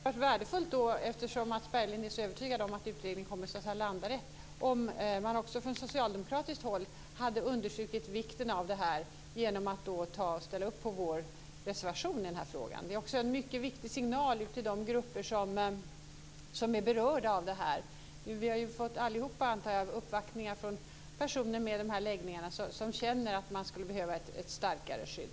Fru talman! Eftersom Mats Berglind är så övertygad om att utredningen kommer att landa rätt, hade det varit värdefullt om man från socialdemokratiskt håll hade understrukit vikten av detta genom att ställa upp på vår reservation i frågan. Det är en viktig signal till de grupper som är berörda. Jag antar att vi alla har fått uppvaktningar från personer med dessa läggningar som känner att de behöver ett starkare skydd.